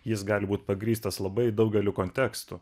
jis gali būt pagrįstas labai daugeliu kontekstų